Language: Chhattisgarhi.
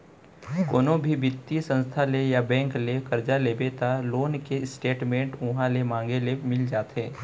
कोनो भी बित्तीय संस्था ले या बेंक ले करजा लेबे त लोन के स्टेट मेंट उहॉं ले मांगे ले मिल जाथे